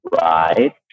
right